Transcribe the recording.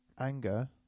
anger